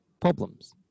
problems